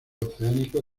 oceánico